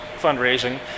fundraising